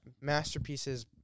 masterpieces